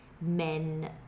men